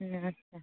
হ আচ্ছা